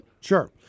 Sure